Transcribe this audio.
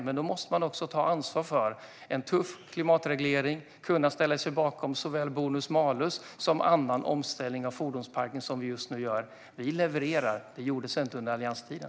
Men då måste man också ta ansvar för en tuff klimatreglering och kunna ställa sig bakom såväl bonus-malus som annan omställning av fordonsparken som vi just nu gör. Vi levererar. Det gjordes inte under allianstiden.